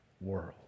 world